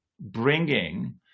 bringing